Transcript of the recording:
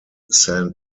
saint